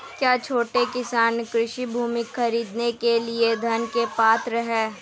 क्या छोटे किसान कृषि भूमि खरीदने के लिए ऋण के पात्र हैं?